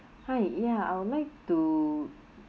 hi ya I will like to